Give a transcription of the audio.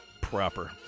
proper